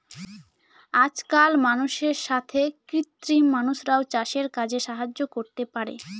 আজকাল মানুষের সাথে কৃত্রিম মানুষরাও চাষের কাজে সাহায্য করতে পারে